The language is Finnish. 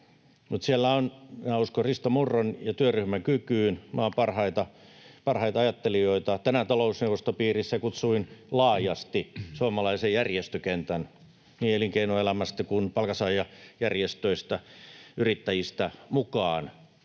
Minä uskon Risto Murron ja työryhmän kykyyn, siellä on maan parhaita ajattelijoita. Tänään talousneuvoston piirissä kutsuin laajasti suomalaisen järjestökentän mukaan, niin elinkeinoelämästä kuin palkansaajajärjestöistä ja yrittäjistä, ja